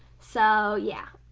so yeah.